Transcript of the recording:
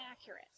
accurate